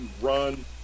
run